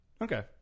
Okay